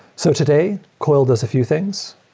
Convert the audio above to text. so today, coiled does a few things.